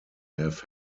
have